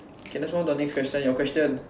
okay let's move on to the next question your question